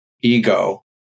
ego